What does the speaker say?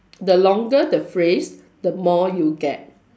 the longer the phrase the more you get